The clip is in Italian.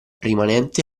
rimanente